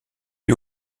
lui